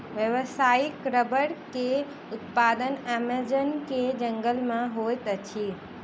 व्यावसायिक रबड़ के उत्पादन अमेज़न के जंगल में होइत अछि